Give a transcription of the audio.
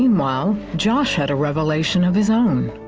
meanwhile, josh had a revelation of his own.